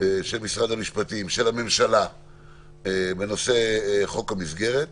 של שמרד המשפטים, של הממשלה בנושא חוק המסגרת.